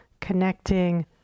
Connecting